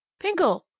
Pinkle